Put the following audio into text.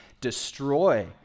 destroy